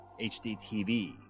HDTV